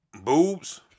Boobs